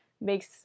makes